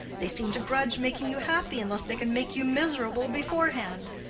they seem to grudge making you happy unless they can make you miserable beforehand.